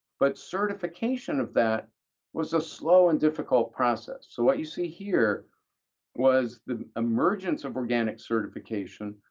but certification of that was a so and difficult process, so what you see here was the emergence of organic certification,